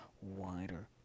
wider